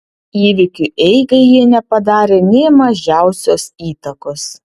įvykių eigai jie nepadarė nė mažiausios įtakos